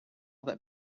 that